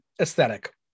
aesthetic